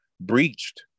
breached